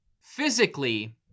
Physically